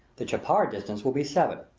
the chapar distance will be seven,